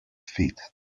feet